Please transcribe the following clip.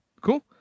Cool